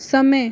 समय